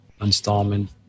installment